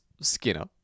Skinner